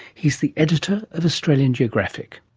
he is the editor of australian geographic.